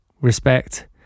respect